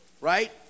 Right